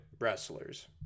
wrestlers